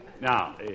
Now